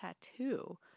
tattoo